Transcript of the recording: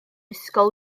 ysgol